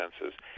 senses